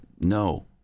No